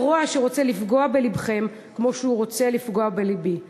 זה רוע שרוצה לפגוע בלבכם כמו שהוא רוצה לפגוע בלבי.